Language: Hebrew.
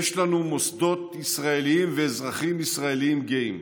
יש לנו מוסדות ישראליים ואזרחים ישראלים גאים.